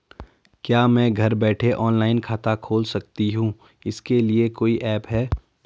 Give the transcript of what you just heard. क्या मैं घर बैठे ऑनलाइन खाता खोल सकती हूँ इसके लिए कोई ऐप है?